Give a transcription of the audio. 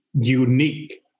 unique